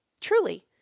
Truly